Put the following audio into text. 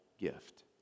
gift